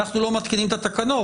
אנחנו לא מתקינים את התקנות,